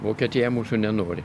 vokietija mūsų nenori